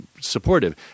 supportive